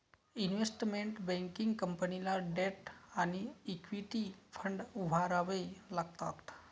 investment banking कंपनीला debt आणि equity fund उभारावे लागतात